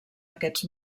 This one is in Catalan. aquests